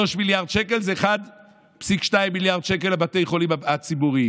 3 מיליארד שקל זה 1.2 מיליארד שקל לבתי החולים הציבוריים.